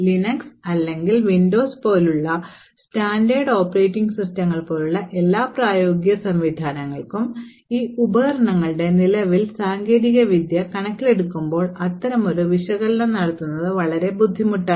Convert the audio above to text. Linux അല്ലെങ്കിൽ Windows പോലുള്ള standard operating സിസ്റ്റങ്ങൾ പോലുള്ള എല്ലാ പ്രായോഗിക സംവിധാനങ്ങൾക്കും ഈ ഉപകരണങ്ങളുടെ നിലവിലെ സാങ്കേതിക വിദ്യ കണക്കിലെടുക്കുമ്പോൾ അത്തരമൊരു വിശകലനം നടത്തുന്നത് വളരെ ബുദ്ധിമുട്ടാണ്